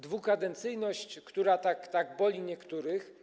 Dwukadencyjność, która tak boli niektórych.